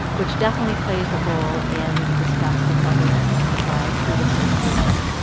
which definitely plays a role in disgust and what we're disgusted by through association.